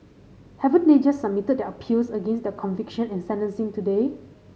haven't they just submitted their appeals against their conviction and sentencing today